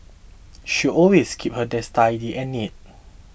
she always keeps her desk tidy and neat